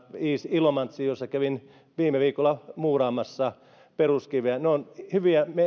ilomantsiin jossa kävin viime viikolla muuraamassa peruskiven ne ovat hyviä